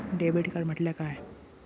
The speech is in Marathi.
डेबिट कार्ड म्हटल्या काय?